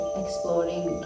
exploring